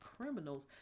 criminals